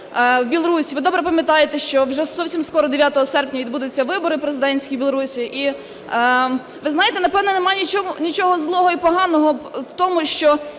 Ви добре пам'ятаєте, що вже зовсім скоро, 9 серпня, відбудуться вибори президентські в Білорусії. І ви знаєте, напевно, нема нічого злого і поганого в тому, що